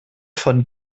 von